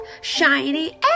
shiny